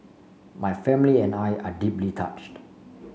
my family and I are deeply touched